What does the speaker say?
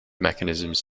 mechanisms